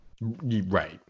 Right